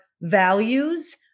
values